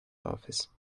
office